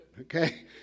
Okay